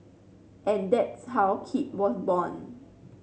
and that's how Keep was born